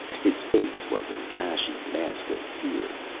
his face was an ashy mask of fear.